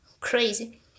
Crazy